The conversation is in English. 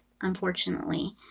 unfortunately